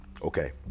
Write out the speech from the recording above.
Okay